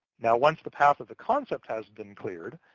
now, once the path of the concept has been cleared,